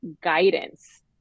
guidance